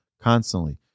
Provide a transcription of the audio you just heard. constantly